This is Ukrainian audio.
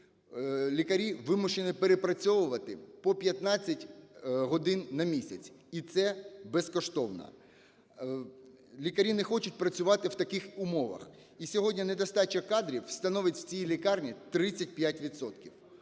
лікарі вимушені перепрацьовувати по 15 годин на місяць, і це – безкоштовно. Лікарі не хочуть працювати в таких умовах, і сьогодні недостача кадрів становить в цій лікарні 35